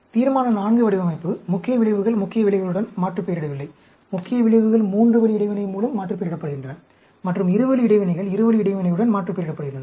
தீர்மான IV வடிவமைப்பு முக்கிய விளைவுகள் முக்கிய விளைவுகளுடன் மாற்றுப்பெயரிடவில்லை முக்கிய விளைவுகள் மூன்று வழி இடைவினை மூலம் மாற்றுப்பெயரிடப்படுகின்றன மற்றும் இருவழி இடைவினைகள் இருவழி இடைவினையுடன் மாற்றுப்பெயரிடப்படுகின்றன